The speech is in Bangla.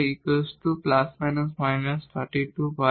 সুতরাং আমরা y ± 32 পাই